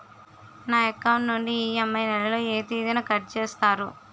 నా అకౌంట్ నుండి ఇ.ఎం.ఐ నెల లో ఏ తేదీన కట్ చేస్తారు?